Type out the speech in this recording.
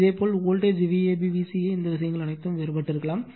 இதேபோல் voltage Vab Vca இந்த விஷயங்கள் அனைத்தும் வேறுபட்டிருக்கலாம்